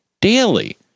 daily